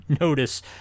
notice